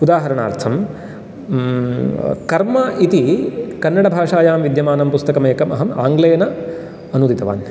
उदाहरणार्थम् कर्म इति कन्नडभाषायां विद्यमानं पुस्तकमेकम् अहं आङ्ग्लेन अनूदितवान्